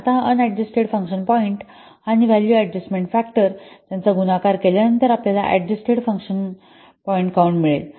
आता हा unadjusted function point आणि व्हॅल्यू अॅडजेस्ट फॅक्टर त्यांचा गुणाकार केल्यानंतर आपल्याला ऍडजस्टेड फंक्शन पॉईंटकाउन्ट मिळेल